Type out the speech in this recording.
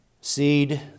seed